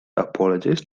apologize